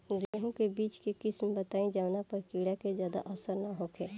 गेहूं के बीज के किस्म बताई जवना पर कीड़ा के ज्यादा असर न हो सके?